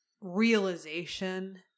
realization